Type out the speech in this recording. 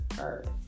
earth